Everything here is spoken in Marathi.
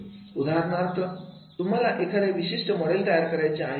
उदाहरणार्थ तुम्हाला एखाद्या विशिष्ट मॉडेल तयार करायचे आहे